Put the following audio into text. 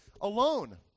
Alone